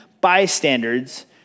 bystanders